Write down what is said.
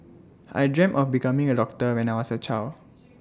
I dreamt of becoming A doctor when I was A child